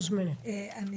את מוזמנת.